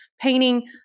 painting